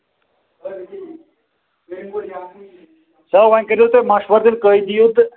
چلو وۄنۍ کٔرِو تُہۍ مَشورٕ تیٚلہِ کٔہۍ دِیِو تہٕ